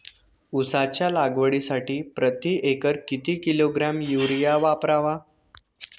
उसाच्या लागवडीसाठी प्रति एकर किती किलोग्रॅम युरिया वापरावा?